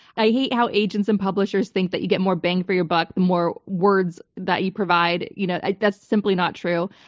i hate how agents and publishers think that you get more bang for your buck the more words that you provide. you know that's simply not true.